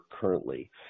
currently